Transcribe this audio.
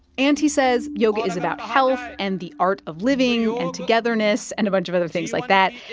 and he says yoga is about health and the art of living and togetherness and a bunch of other things like that.